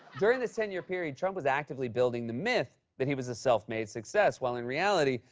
during this ten year period, trump was actively building the myth that he was a self-made success, while in reality,